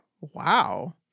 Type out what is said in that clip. Wow